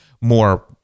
more